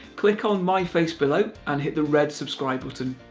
click on my face below and hit the red subscribe button.